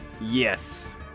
Yes